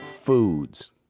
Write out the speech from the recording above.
foods